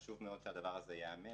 וחשוב מאוד שהדבר הזה ייאמר,